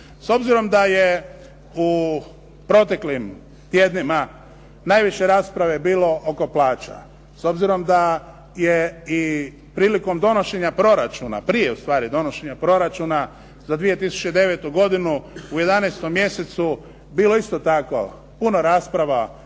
S obzirom da je u proteklim tjednima najviše rasprave bilo oko plaća. S obzirom da je i prilikom donošenja proračuna, prije ustvari donošenja proračuna, za 2009. godinu u 11. mjesecu bilo isto tako puno rasprava